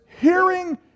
hearing